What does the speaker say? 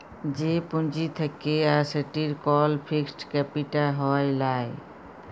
যে পুঁজি থাক্যে আর সেটির কল ফিক্সড ক্যাপিটা হ্যয় লায়